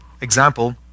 example